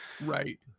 Right